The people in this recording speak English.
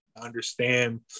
understand